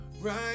right